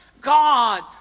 God